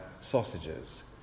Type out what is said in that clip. sausages